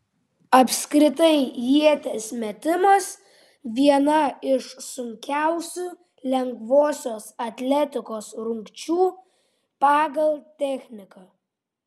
apskritai ieties metimas viena iš sunkiausių lengvosios atletikos rungčių pagal techniką